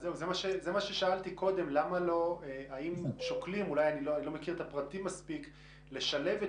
אז זה מה ששאלתי קודם האם שוקלים לשלב את